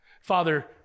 Father